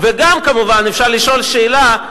וגם, כמובן, אפשר לשאול שאלה,